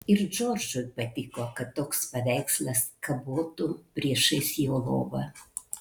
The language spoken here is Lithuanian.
ir džordžui patiko kad toks paveikslas kabotų priešais jo lovą